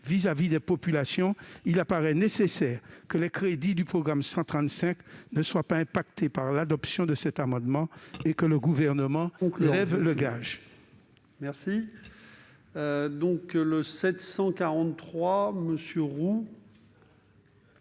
vis-à-vis des populations, il paraît nécessaire, pour que les crédits du programme 135 ne soient pas impactés par l'adoption de cet amendement que le Gouvernement lève le gage. L'amendement n°